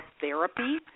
therapy